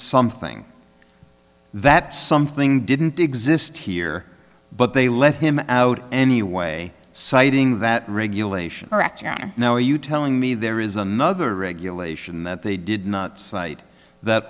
something that something didn't exist here but they let him out anyway citing that regulation now are you telling me there is another regulation that they did not cite that